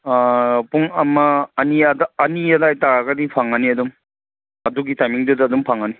ꯄꯨꯡ ꯑꯃ ꯑꯅꯤ ꯑꯅꯤ ꯑꯗꯥꯏ ꯇꯥꯔꯒꯗꯤ ꯐꯪꯉꯅꯤ ꯑꯗꯨꯝ ꯑꯗꯨꯒꯤ ꯇꯥꯏꯃꯤꯡꯗꯨꯗ ꯑꯗꯨꯝ ꯐꯪꯉꯅꯤ